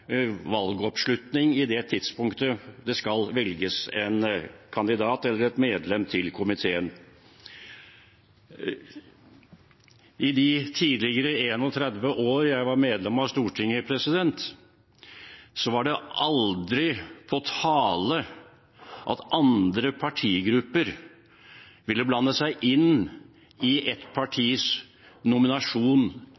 valgoppslutning på det tidspunktet det skal velges en kandidat eller et medlem til komiteen. I de 31 årene jeg tidligere var medlem av Stortinget, kom det aldri på tale at andre partigrupper ville blande seg inn i et